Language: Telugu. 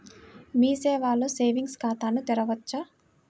మీ సేవలో సేవింగ్స్ ఖాతాను తెరవవచ్చా?